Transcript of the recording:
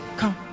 come